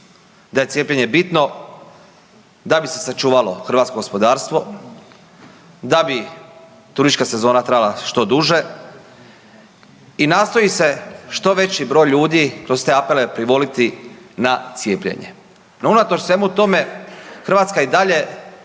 Da je cijepljenje bitno, da bi se sačuvalo hrvatsko gospodarstvo, da bi turistička sezona trajala što duže i nastoji se što veći broj ljudi kroz te apele privoliti na cijepljenje. No unatoč svemu tome Hrvatska i dalje